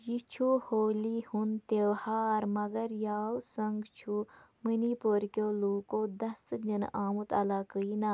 یہِ چھُ ہولی ہُنٛد تِوہار مگر یاوسَنٛگ چھُ مٔنی پورکیو لوٗکو دَسہٕ دِنہٕ آمُت علاقٲیی نا